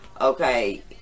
okay